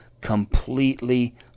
completely